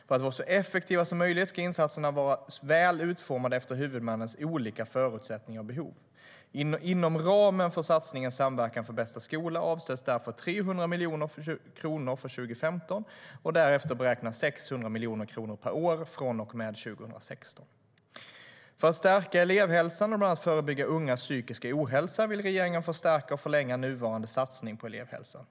För att vara så effektiva som möjligt ska insatserna vara väl utformade efter huvudmännens olika förutsättningar och behov. Inom ramen för satsningen Samverkan för bästa skola avsätts därför 300 miljoner kronor för 2015, och därefter beräknas 600 miljoner kronor per år från och med 2016. För att stärka elevhälsan och bland annat förebygga ungas psykiska ohälsa vill regeringen förstärka och förlänga nuvarande satsning på elevhälsan.